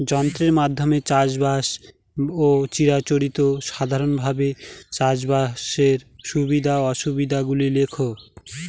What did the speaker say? যন্ত্রের মাধ্যমে চাষাবাদ ও চিরাচরিত সাধারণভাবে চাষাবাদের সুবিধা ও অসুবিধা গুলি লেখ?